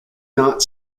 not